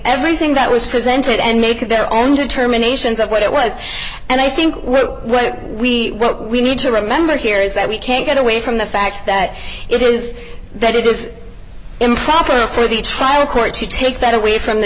everything that was presented and make their own determinations of what it was and i think what we what we need to remember here is that we can't get away from the fact that it is that it is improper for the trial court to take that away from the